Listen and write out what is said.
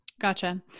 Gotcha